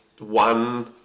one